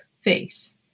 face